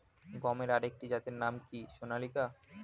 গমের আরেকটি জাতের নাম কি সোনালিকা?